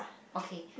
okay